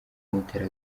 amutera